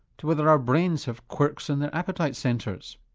to whether our brains have quirks in their appetite centres.